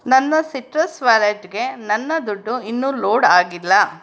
ನನ್ನ ಸಿಟ್ರಸ್ ವ್ಯಾಲೆಟ್ಗೆ ನನ್ನ ದುಡ್ಡು ಇನ್ನೂ ಲೋಡ್ ಆಗಿಲ್ಲ